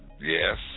Yes